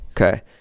Okay